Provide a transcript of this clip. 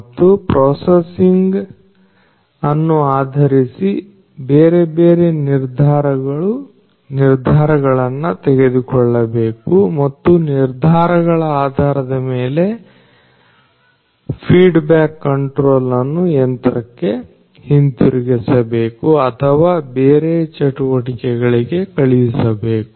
ಮತ್ತು ಪ್ರೊಸೆಸಿಂಗ್ ಅನ್ನು ಆಧರಿಸಿ ಬೇರೆಬೇರೆ ನಿರ್ಧಾರಗಳನ್ನು ತೆಗೆದುಕೊಳ್ಳಬೇಕು ಮತ್ತು ನಿರ್ಧಾರಗಳ ಆಧಾರದ ಮೇಲೆ ಫೀಡ್ಬ್ಯಾಕ್ ಕಂಟ್ರೋಲ್ ಅನ್ನು ಯಂತ್ರಕ್ಕೆ ಹಿಂತಿರುಗಿಸಬೇಕು ಅಥವಾ ಬೇರೆ ಚಟುವಟಿಕೆಗಳಿಗೆ ಕಳಿಸಬೇಕು